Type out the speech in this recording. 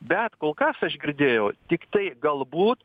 bet kol kas aš girdėjau tik tai galbūt